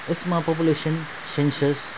यसमा population census